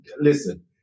Listen